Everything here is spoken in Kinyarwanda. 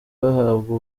bahabwa